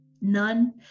none